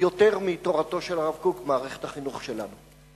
יותר מתורתו של הרב קוק במערכת החינוך שלנו.